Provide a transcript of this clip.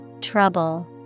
Trouble